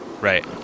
Right